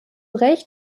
recht